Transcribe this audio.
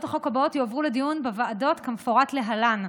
החוק הבאות יועברו לדיון בוועדות כמפורט להלן: